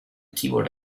keyboard